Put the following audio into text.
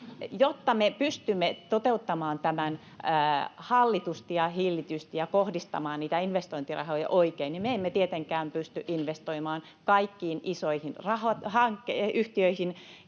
Jotta me pystymme toteuttamaan tämän hallitusti ja hillitysti ja kohdistamaan niitä investointirahoja oikein, niin me emme tietenkään pysty investoimaan kaikkiin isoihin yhtiöihin